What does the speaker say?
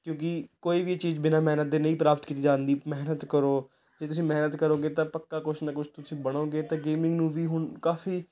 ਕਿਉਂਕਿ ਕੋਈ ਵੀ ਚੀਜ਼ ਬਿਨਾਂ ਮਿਹਨਤ ਦੇ ਨਹੀਂ ਪ੍ਰਾਪਤ ਕੀਤੀ ਜਾਂਦੀ ਮਿਹਨਤ ਕਰੋ ਜੇ ਤੁਸੀਂ ਮਿਹਨਤ ਕਰੋਗੇ ਤਾਂ ਪੱਕਾ ਕੁਛ ਨਾ ਕੁਛ ਤੁਸੀਂ ਬਣੋਗੇ ਅਤੇ ਗੇਮਿੰਗ ਨੂੰ ਵੀ ਹੁਣ ਕਾਫੀ